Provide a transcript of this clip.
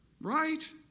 Right